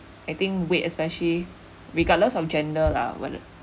I think weight especially regardless of gender lah whether